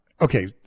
Okay